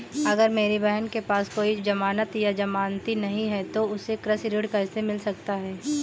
अगर मेरी बहन के पास कोई जमानत या जमानती नहीं है तो उसे कृषि ऋण कैसे मिल सकता है?